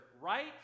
right